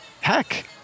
heck